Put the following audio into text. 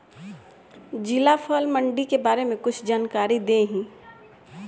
जिला फल मंडी के बारे में कुछ जानकारी देहीं?